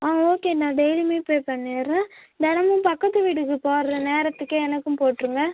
ஆ okay நான் டெய்லியுமே pay பண்ணிடுறேன் தினமும் பக்கத்து வீட்டுக்கு போடுற நேரத்துக்கே எனக்கும் போட்டுருங்க